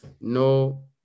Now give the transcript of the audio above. no